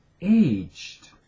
aged